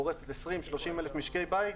פורסת 30,000-20,000 משקי בית,